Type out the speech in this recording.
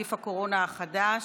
נגיף הקורונה החדש),